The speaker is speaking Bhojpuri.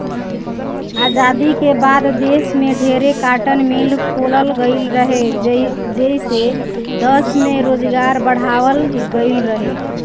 आजादी के बाद देश में ढेरे कार्टन मिल खोलल गईल रहे, जेइसे दश में रोजगार बढ़ावाल गईल रहे